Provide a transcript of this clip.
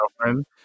girlfriend